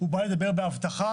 היא באה לדבר באבטחה,